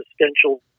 existential